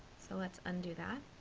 so let's undo that.